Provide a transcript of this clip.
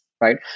right